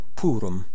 purum